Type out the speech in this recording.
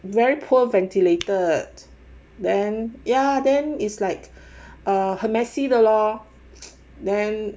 very poor ventilated then ya then is like 很 messy 的 lor then